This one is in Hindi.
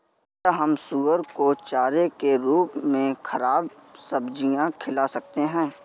क्या हम सुअर को चारे के रूप में ख़राब सब्जियां खिला सकते हैं?